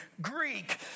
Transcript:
Greek